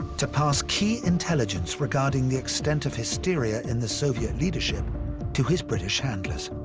to pass key intelligence regarding the extent of hysteria in the soviet leadership to his british handlers.